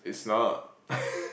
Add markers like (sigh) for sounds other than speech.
it's not (laughs)